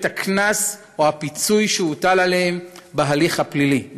הקנס או הפיצוי שהוטל עליהם בהליך הפלילי,